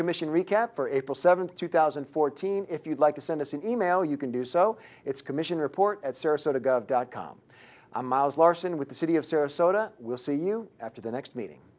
commission recap for april seventh two thousand and fourteen if you'd like to send us an e mail you can do so it's commission report at sarasota com miles larson with the city of serve so we'll see you after the next meeting